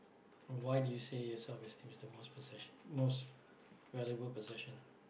and why do you say yourself as is the most possession most valuable possession